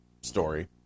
story